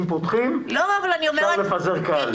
אם פותחים, אפשר לפזר קהל.